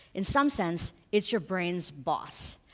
in some sense, it's your brain's boss.